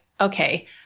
okay